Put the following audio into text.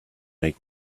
make